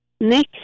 next